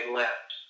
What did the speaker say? left